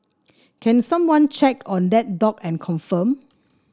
can someone check on that dog and confirm